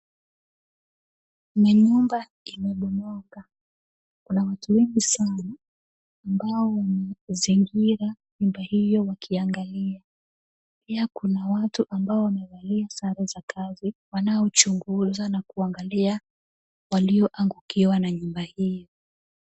Ni nyumba imebomoka, kuna watu wengi sana ambao wamezingira nyumba hiyo wakiangalia, pia kuna watu ambao wamevalia sare za kazi wanaochunguza na kuangalia walioangukiwa na nyumba hii.